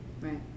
Right